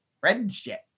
friendship